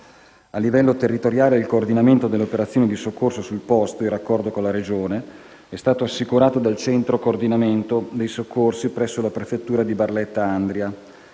A livello territoriale, il coordinamento delle operazioni di soccorso sul posto, in raccordo con la Regione, è stato assicurato dal centro coordinamento dei soccorsi presso la prefettura di Barletta e Andria,